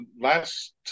last